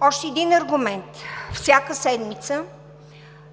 Още един аргумент. Всяка седмица